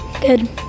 Good